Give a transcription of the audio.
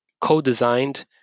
co-designed